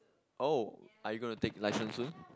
oh are you gonna take license soon